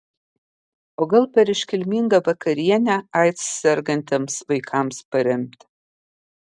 o gal per iškilmingą vakarienę aids sergantiems vaikams paremti